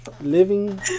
Living